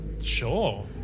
Sure